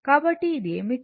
కాబట్టి ఇది ఏమిటి